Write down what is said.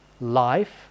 life